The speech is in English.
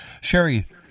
sherry